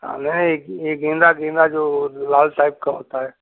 हाँ नहीं ये गेंदा गेंदा जो लाल टाइप का होता है